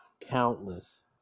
countless